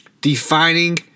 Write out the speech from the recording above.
Defining